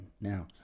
Now